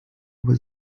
was